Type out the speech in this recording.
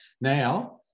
Now